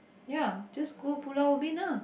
ya just go Pulau-Ubin lah